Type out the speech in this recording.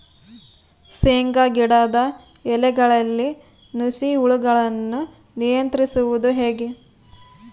ಶೇಂಗಾ ಗಿಡದ ಎಲೆಗಳಲ್ಲಿ ನುಷಿ ಹುಳುಗಳನ್ನು ನಿಯಂತ್ರಿಸುವುದು ಹೇಗೆ?